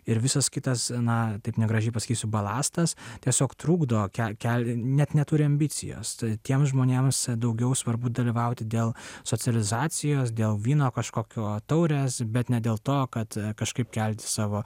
ir visas kitas na taip negražiai pasakysiu balastas tiesiog trukdo kel kel net neturi ambicijos tiems žmonėms daugiau svarbu dalyvauti dėl socializacijos dėl vyno kažkokio taurės bet ne dėl to kad kažkaip kelti savo